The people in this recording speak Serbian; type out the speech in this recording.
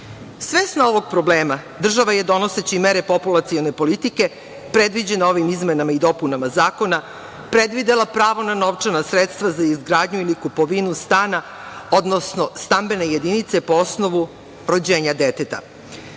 ovog problema, država je, donoseći mere populacione politike predviđene ovim izmenama i dopunama zakona, predvidela pravo na novčana sredstva za izgradnju ili kupovinu stana, odnosno stambene jedinice po osnovu rođenja deteta.